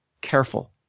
careful